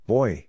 Boy